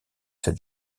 cette